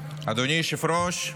אדוני היושב-ראש,